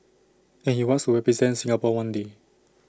and he wants to represent Singapore one day